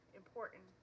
important